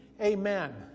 Amen